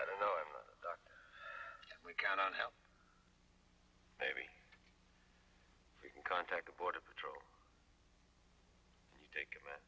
i don't know if we cannot help maybe you can contact the border patrol you take a